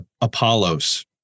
Apollos